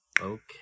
okay